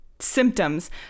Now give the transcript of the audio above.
symptoms